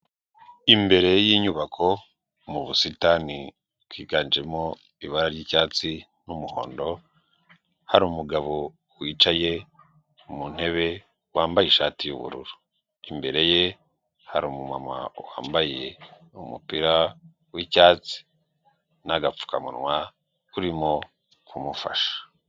Imbere y'inyubako mu busitani bwiganjemo ibara ryicyatsi n'umuhondo harimu umugabo wicaye mu ntebe wambaye ishati yubururu imbere ye harima wambaye umupira wicyatsi n'agapfukamunwa urimo kumufasha.